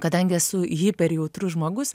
kadangi esu hiperjautrus žmogus